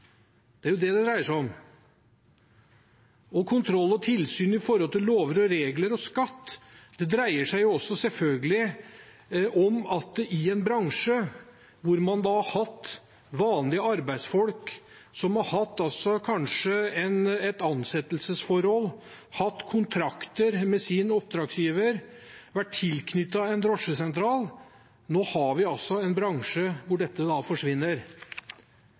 Det er jo det det dreier seg om. Kontroll og tilsyn når det gjelder lover og regler og skatt, dreier seg selvfølgelig også om at det er en bransje hvor man har hatt vanlige arbeidsfolk, som kanskje har hatt et ansettelsesforhold, hatt kontrakter med sin oppdragsgiver, vært tilknyttet en drosjesentral. Nå har vi altså en bransje hvor dette forsvinner.